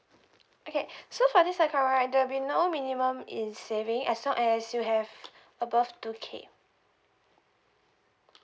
okay so for this account right there'll be no minimum in saving as long as you have above two K